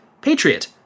patriot